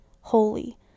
holy